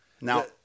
now